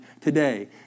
today